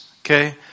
okay